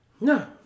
No